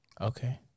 Okay